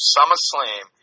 SummerSlam